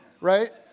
right